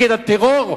נגד הטרור,